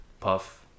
Puff